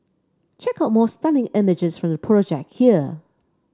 check out more stunning images from the project here